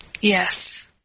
Yes